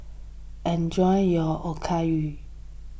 enjoy your Okayu